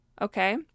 okay